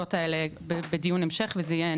לנקודות האלה בדיון המשך וזה יהיה נהדר.